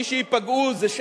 מי שייפגעו זה,